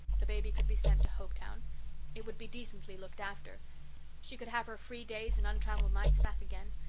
the baby could be sent to hopetown it would be decently looked after she could have her free days and untrammelled nights back again.